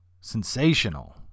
sensational